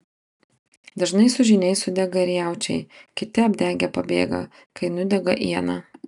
dažnai su žyniais sudega ir jaučiai kiti apdegę pabėga kai nudega iena